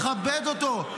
לכבד אותו,